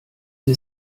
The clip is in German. sie